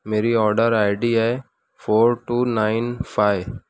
میری order ID ڈی ہے فور ٹو نائن فائی